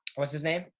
what's his name?